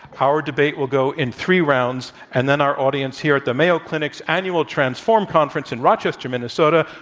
our debate will go in three rounds, and then our audience here at the mayo clinic's annual transform conference in rochester, minnesota,